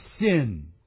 sin